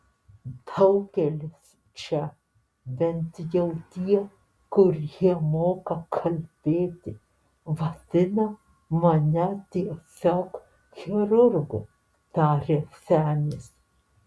daugelis čia bent jau tie kurie moka kalbėti vadina mane tiesiog chirurgu tarė senis